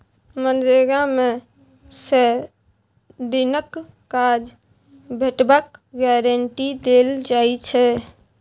मनरेगा मे सय दिनक काज भेटबाक गारंटी देल जाइ छै